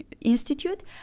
Institute